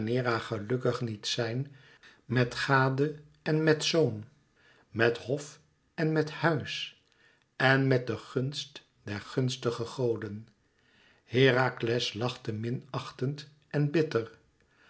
deianeira gelukkig niet zijn met gade en met zoon met hof en met huis en met den gunst der gunstige goden herakles lachte minachtend en bitter